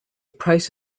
price